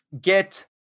get